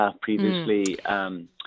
previously